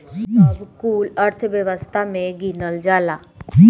ई सब कुल अर्थव्यवस्था मे गिनल जाला